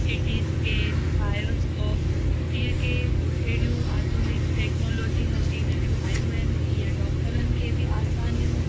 सीटी scan bioscope जीअं की अहिड़ियूं आधुनिक टेक्नोलॉजी मशीनरियूं आहियूं आहिनि ईअं डॉक्टरनि खे बि आसानियूं